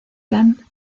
khan